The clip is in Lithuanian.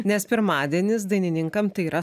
nes pirmadienis dainininkam tai yra